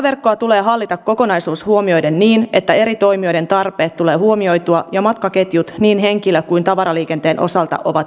rataverkkoa tulee hallita kokonaisuus huomioiden niin että eri toimijoiden tarpeet tulee huomioitua ja matkaketjut niin henkilö kuin tavaraliikenteen osalta ovat järkeviä